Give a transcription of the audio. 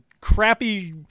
crappy